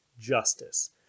justice